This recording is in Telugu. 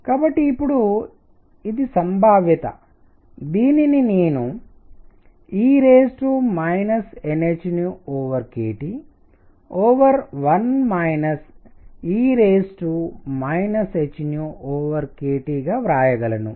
కాబట్టి ఇప్పుడు ఇది సంభావ్యత దీనిని నేను e nhkT1 e hkT గా వ్రాయగలను